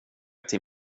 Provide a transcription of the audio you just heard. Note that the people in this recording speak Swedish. till